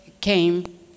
came